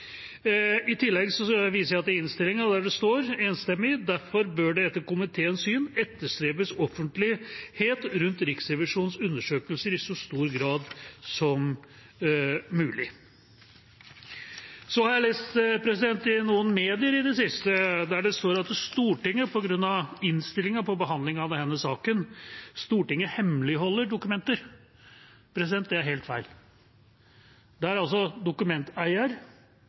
I tillegg viser jeg til innstillinga, der det står – enstemmig: «Derfor bør det etter komiteens syn etterstrebes offentlighet rundt Riksrevisjonens undersøkelser i så stor grad som mulig.» I det siste har jeg lest i noen medier at Stortinget, på bakgrunn av innstillinga for behandlingen av denne saken, hemmeligholder dokumenter. Det er helt feil. Det gjelder altså dokumenteier